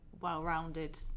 well-rounded